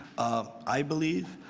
um i believe.